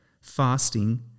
fasting